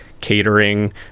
catering